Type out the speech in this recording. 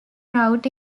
trout